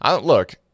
Look